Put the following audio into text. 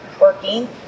working